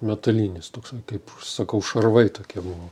metalinis toksai kaip sakau šarvai tokie buvo